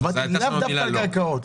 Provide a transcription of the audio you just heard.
רק על קרקעות.